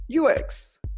UX